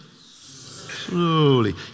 Slowly